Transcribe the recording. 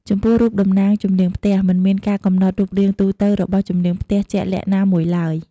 ចំពោះរូបតំណាងជំនាងផ្ទះ មិនមានការកំណត់រូបរាងទូទៅរបស់ជំនាងផ្ទះជាក់លាក់ណាមួយឡើយ។